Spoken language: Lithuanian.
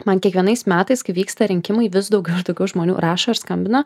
man kiekvienais metais kai vyksta rinkimai vis daugiau tokių žmonių rašo ir skambina